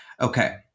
Okay